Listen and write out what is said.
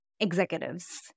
executives